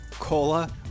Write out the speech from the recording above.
Cola